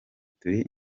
turi